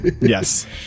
Yes